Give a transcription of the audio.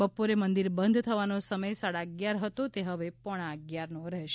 બપોરે મંદિર બંધ થવાનો સમય સાડા અગિયાર હતો તે હવે પોણા અગિયાર રહેશે